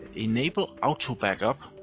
enable auto backup.